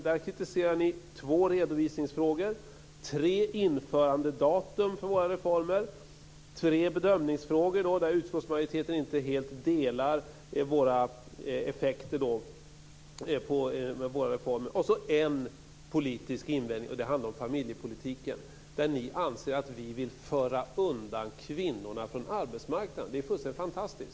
Där kritiserar ni två redovisningsfrågor, tre införandedatum för våra reformer, tre bedömningsfrågor där utskottsmajoriteten inte helt delar effekterna av våra reformer. Man har en politisk invändning. Den handlar om familjepolitiken. Ni anser att vi vill föra undan kvinnorna från arbetsmarknaden. Det är fullständigt fantastiskt.